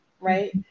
right